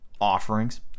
offerings